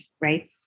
right